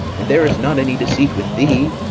and there is not any deceit with thee.